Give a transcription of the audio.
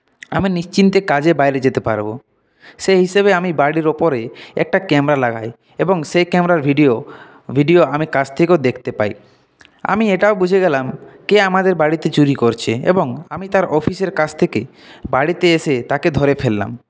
আমি নিশ্চিন্তে কাজে বাইরে যেতে পারবো সেই হিসেবে আমি বাড়ির উপরে একটা ক্যামেরা লাগাই এবং সেই ক্যামেরার ভিডিও ভিডিও আমি কাজ থেকেও দেখতে পাই আমি এটাও বুঝে গেলাম কে আমাদের বাড়িতে চুরি করছে এবং আমি তার অফিসের কাজ থেকে বাড়িতে এসে তাকে ধরে ফেললাম